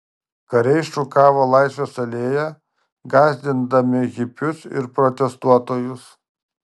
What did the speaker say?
kariai šukavo laisvės alėją gąsdindami hipius ir protestuotojus